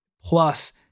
Plus